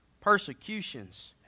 persecutions